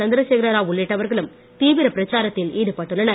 சந்திரசேகர ராவ் உள்ளிட்டவர்களும் தீவிர பிரச்சாரத்தில் ஈடுபட்டுள்ளனர்